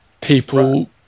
people